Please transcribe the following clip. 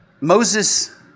Moses